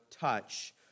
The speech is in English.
touch